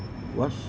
what's